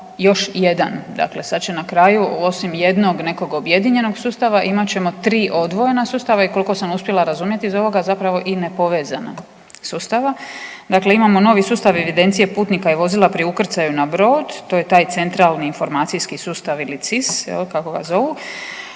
još jedan. Dakle, sad će na kraju osim jednog nekog objedinjenog sustava imat ćemo tri odvojena sustava i koliko sam uspjela razumjeti iz ovoga zapravo i ne povezana sustava. Dakle, imamo novi sustav evidencije putnika i vozila pri ukrcaju na brod, to je taj centralni informacijski sustav ili CIS kako ga zovu,